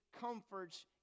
comforts